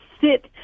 sit